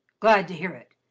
glad to hear it,